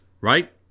right